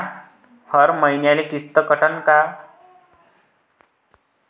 हर मईन्याले किस्त कटन का?